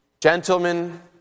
gentlemen